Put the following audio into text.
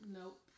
Nope